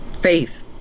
faith